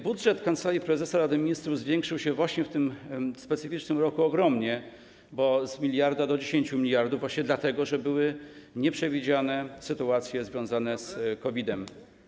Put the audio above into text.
Budżet Kancelarii Prezesa Rady Ministrów zwiększył się właśnie w tym specyficznym roku ogromnie, bo z 1 mld do 10 mld, właśnie dlatego że były nieprzewidziane sytuacje związane z COVID-em.